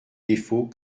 défauts